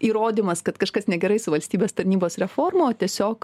įrodymas kad kažkas negerai su valstybės tarnybos reforma o tiesiog